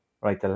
right